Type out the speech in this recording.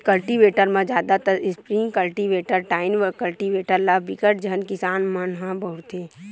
cultivator म जादातर spring cultivator, tine cultivator ल बिकट झन किसान मन ह बउरथे